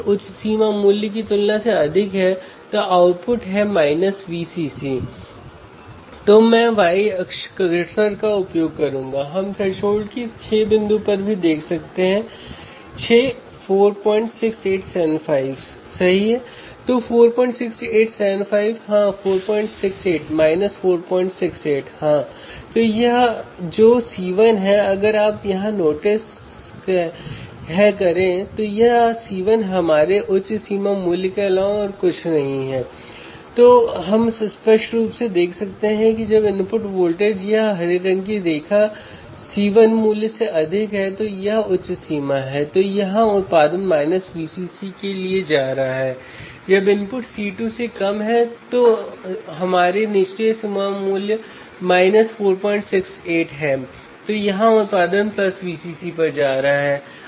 उसे यह देखना होगा कि उसने जो फंक्शन जेनरेटर लगाया है वह 1 वोल्ट का है या नहीं उसे ऑसिलोस्कोप पर चेक करना होगा